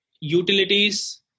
utilities